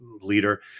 Leader